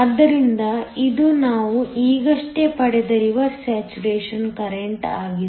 ಆದ್ದರಿಂದ ಇದು ನಾವು ಈಗಷ್ಟೇ ಪಡೆದ ರಿವರ್ಸ್ ಸ್ಯಾಚುರೇಶನ್ ಕರೆಂಟ್ ಆಗಿದೆ